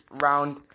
round